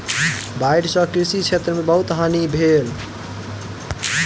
बाइढ़ सॅ कृषि क्षेत्र में बहुत हानि भेल